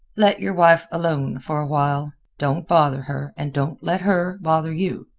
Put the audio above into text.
let your wife alone for a while. don't bother her, and don't let her bother you.